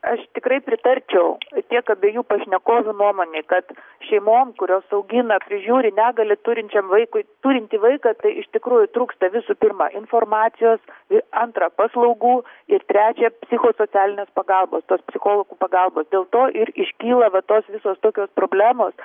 aš tikrai pritarčiau tiek abiejų pašnekovių nuomonei kad šeimom kurios augina prižiūri negalią turinčiam vaikui turintį vaiką tai iš tikrųjų trūksta visų pirma informacijos ir antrą paslaugų ir trečią psichosocialinės pagalbos tos psichologų pagalbos dėl to ir iškyla tos visos tokios problemos